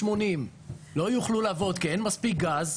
80 לא יוכלו לעבוד כי אין מספיק גז,